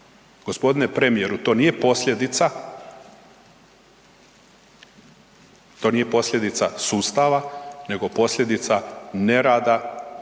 to nije posljedica, to nije posljedica sustava nego posljedica nerada